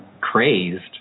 crazed